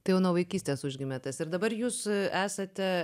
tai jau nuo vaikystės užgimė tas ir dabar jūs esate